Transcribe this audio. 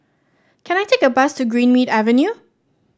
can I take the bus to Greenmead Avenue